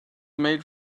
made